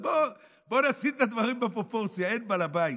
אז בואו נשים את הדברים בפרופורציה, אין בעל בית.